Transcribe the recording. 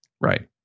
Right